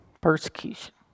Persecution